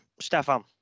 Stefan